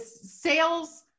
sales